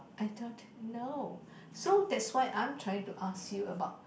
I don't know so that's why I'm trying ask you about